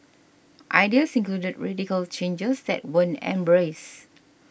ideas included radical changes that weren't embraced